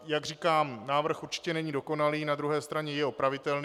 Jak říkám, návrh určitě není dokonalý, na druhé straně je opravitelný.